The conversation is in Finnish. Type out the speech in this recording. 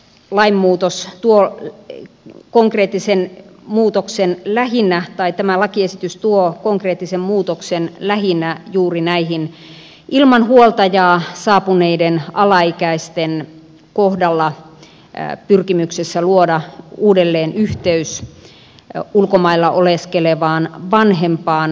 lainmuutos tuo ray ei konkreettisen muutoksen on että tämä lakiesitys tuo konkreettisen muutoksen lähinnä juuri näiden ilman huoltajaa saapuneiden alaikäisten kohdalla pyrkimyksessä luoda uudelleen yhteys ulkomailla oleskelevaan vanhempaan